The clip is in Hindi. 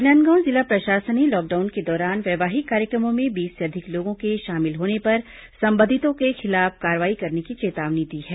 राजनांदगांव जिला प्रशासन ने लॉकडाउन के दौरान वैवाहिक कार्यक्रमों में बीस से अधिक लोगों के शामिल होने पर संबंधितों के खिलाफ कार्रवाई करने की चेतावनी दी है